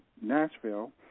Nashville